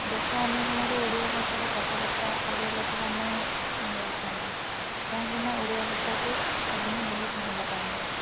ଦେଶ ଅନୁକୋଣରୁ ଓଡ଼ିଆ ଭାଷାର କଥାବାର୍ତ୍ତା ଓଡ଼ିଆ ଲୋକମାନେ ହେଉଛନ୍ତି କାହିଁକିନା ଓଡ଼ିଆ ଭାଷାକୁ ସଭିଏଁ ବହୁତ ଭଲ ପାଆନ୍ତି